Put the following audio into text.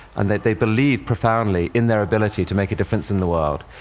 and they believe profoundly in their ability to make a difference in the world.